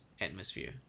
atmosphere